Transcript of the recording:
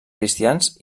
cristians